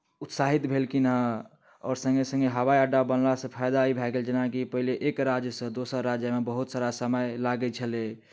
उत्साहित भेलखिन हेँ आओर सङ्गे सङ्गे हवाइ अड्डा बनलासँ फायदा ई भए गेल जेनाकि पहिने एक राज्यसँ दोसर राज्य जायमे बहुत सारा समय लागैत छलै